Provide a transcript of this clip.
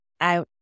I